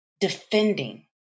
defending